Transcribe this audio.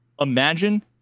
Imagine